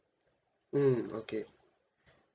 mm okay